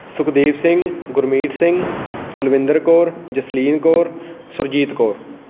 Sukhdev Singh Gurmeet Singh Kulwinder Kaur Jasleen Kaur Surjit Kaur